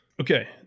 Okay